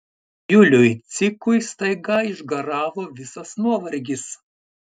juliui cikui staiga išgaravo visas nuovargis